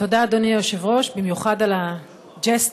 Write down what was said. תודה, אדוני היושב-ראש, במיוחד על הג'סטה.